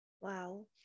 Wow